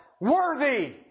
Worthy